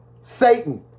Satan